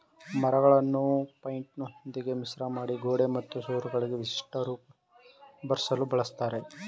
ಮರಳನ್ನು ಪೈಂಟಿನೊಂದಿಗೆ ಮಿಶ್ರಮಾಡಿ ಗೋಡೆ ಮತ್ತು ಸೂರುಗಳಿಗೆ ವಿಶಿಷ್ಟ ರೂಪ ಬರ್ಸಲು ಬಳುಸ್ತರೆ